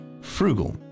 frugal